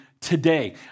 today